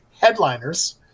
Headliners